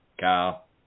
Kyle